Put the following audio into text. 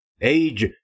Age